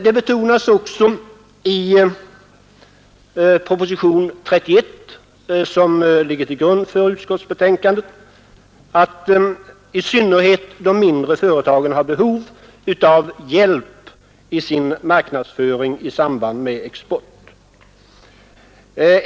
Det betonas också i propositionen 31 som ligger till grund för utskottsbetänkandet att i synnerhet de mindre företagen har behov av hjälp i sin marknadsföring i samband med export.